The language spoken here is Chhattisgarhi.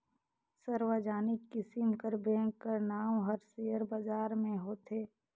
सार्वजनिक किसिम कर बेंक कर नांव हर सेयर बजार में होथे